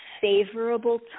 favorable